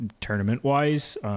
tournament-wise